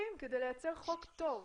נוספים כדי לייצר חוק טוב.